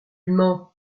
mens